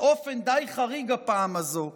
באופן די חריג הפעם הזאת,